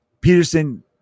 Peterson